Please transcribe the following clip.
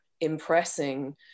impressing